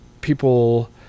people